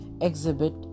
exhibit